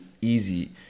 easy